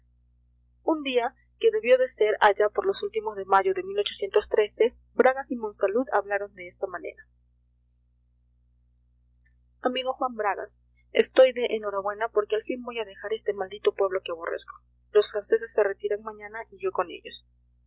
un día que debió de ser allá por los últimos de mayo de bragas y monsalud hablaron de esta manera amigo juan bragas estoy de enhorabuena porque al fin voy a dejar este maldito pueblo que aborrezco los franceses se retiran mañana y yo con ellos